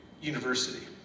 university